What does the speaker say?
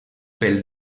pel